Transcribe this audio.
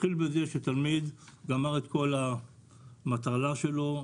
נתחיל בזה שתלמיד וגמר את כל המטלה שלו,